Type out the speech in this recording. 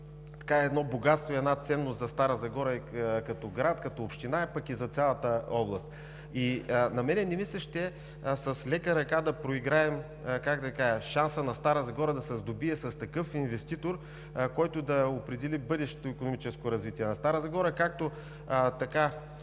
богатство и ценност за Стара Загора като град, като община, пък и за цялата област. На мен не ми се иска с лека ръка да проиграем, как да кажа, шанса на Стара Загора да се сдобие с такъв инвеститор, който да определи бъдещото икономическо развитие на Стара Загора.